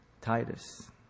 Titus